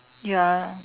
ya